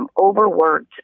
overworked